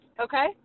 okay